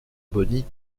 bonnie